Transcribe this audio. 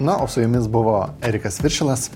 na o su jumis buvo erikas viršilas